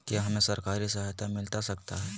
क्या हमे सरकारी सहायता मिलता सकता है?